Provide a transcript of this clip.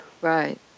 Right